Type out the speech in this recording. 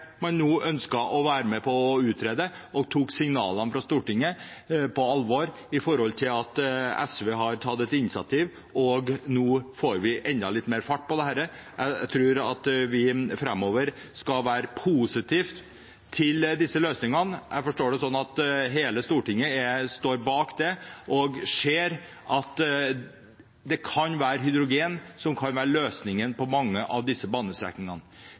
man ikke hadde fasiten på alt, men man ønsket nå å være med på å utrede, og tok signalene fra Stortinget på alvor når SV har tatt et initiativ, og vi får enda litt mer fart på dette. Jeg tror at vi framover skal være positive til disse løsningene. Jeg forstår det sånn at hele Stortinget står bak og ser at hydrogen kan være løsningen på mange av disse banestrekningene.